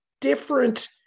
different